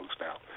now